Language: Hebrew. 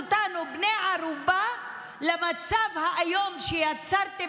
זה לקחת אותנו בני ערובה למצב האיום שיצרתם